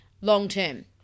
long-term